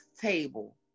table